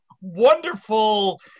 wonderful